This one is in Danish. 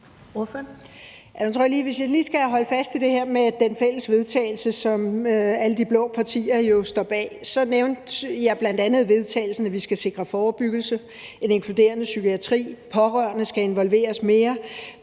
hvis jeg lige skal holde fast i det her med det fælles forslag til vedtagelse, som alle de blå partier jo står bag, at jeg vil sige, at jeg bl.a. nævnte i vedtagelsesteksten, at vi skal sikre forebyggelse og en inkluderende psykiatri, og at pårørende skal involveres mere,